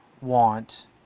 want